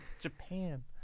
Japan